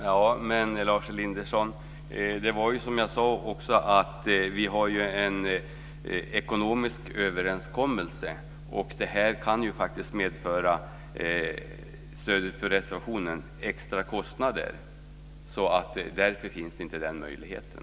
Fru talman! Men som jag sade, Lars Elindersson, är det ju så att vi har en ekonomisk överenskommelse. Stöd för reservationen kan faktiskt medföra extra kostnader. Därför finns inte den möjligheten.